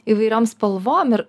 įvairiom spalvom ir